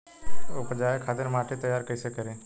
उपजाये खातिर माटी तैयारी कइसे करी?